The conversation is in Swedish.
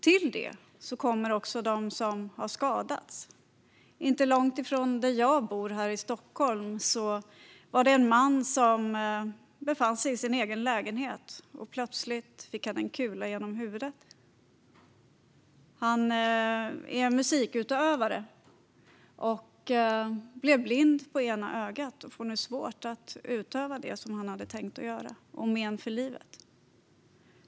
Till det kommer dem som har skadats. Inte långt ifrån där jag bor här i Stockholm befann en man sig i sin lägenhet när han plötsligt fick en kula genom huvudet. Han är musikutövare och blev blind på ena ögat. Han har fått men för livet och får nu svårt att utöva musik.